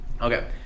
Okay